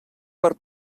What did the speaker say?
per